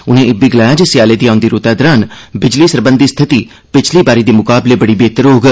उनें इब्बी गलाया जे स्याले दी औंदी रूतै दौरान बिजली सरबंधी स्थिति पिच्छली बारी दे म्काबले बड़ी बेहतर होग